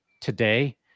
today